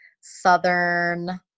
Southern